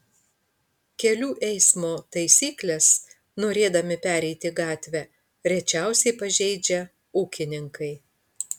kelių eismo taisykles norėdami pereiti gatvę rečiausiai pažeidžia ūkininkai